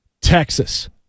Texas